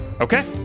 Okay